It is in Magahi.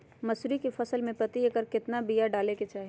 मसूरी के फसल में प्रति एकड़ केतना बिया डाले के चाही?